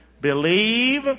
Believe